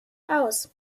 aus